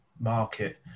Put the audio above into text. market